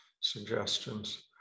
suggestions